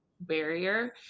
barrier